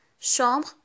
Chambre